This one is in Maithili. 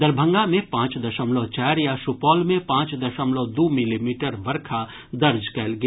दरभंगा मे पांच दशमलव चारि आ सुपौल मे पांच दशमलव दू मिलीमीटर बरखा दर्ज कयल गेल